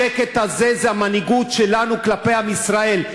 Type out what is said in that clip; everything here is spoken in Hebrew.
השקט הזה זה המנהיגות שלנו כלפי עם ישראל,